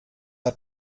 are